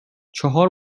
چهار